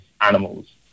animals